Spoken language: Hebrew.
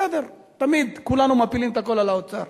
בסדר, תמיד, כולנו מפילים את הכול על האוצר.